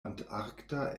antarkta